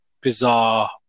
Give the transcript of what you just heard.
bizarre